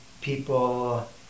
people